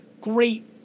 great